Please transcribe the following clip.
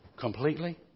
Completely